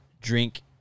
drink